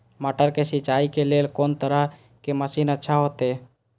मटर के सिंचाई के लेल कोन तरह के मशीन अच्छा होते?